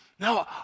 No